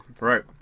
Right